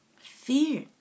fear